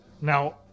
Now